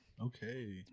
Okay